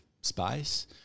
space